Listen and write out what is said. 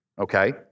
Okay